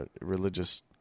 religious